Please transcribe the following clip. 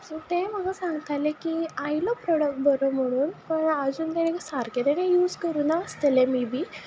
so तेंय म्हाका सांगतालें की आयलो प्रोडक्ट बरो म्हणून पूण आजून ताणें सारको यूज करूं नासतलें मे बी